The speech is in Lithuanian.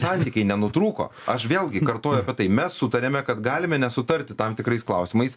santykiai nenutrūko aš vėlgi kartoju apie tai mes sutariame kad galime nesutarti tam tikrais klausimais